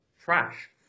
trash